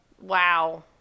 wow